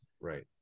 right